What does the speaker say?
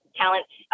talents